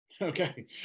Okay